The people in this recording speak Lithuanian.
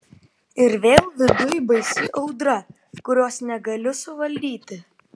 ir vėl viduj baisi audra kurios negaliu suvaldyti